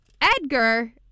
Edgar